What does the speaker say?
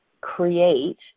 create